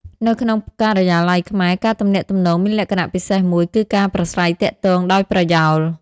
នៅក្នុងការិយាល័យខ្មែរ ការទំនាក់ទំនងមានលក្ខណៈពិសេសមួយ គឺការប្រាស្រ័យទាក់ទងដោយប្រយោល។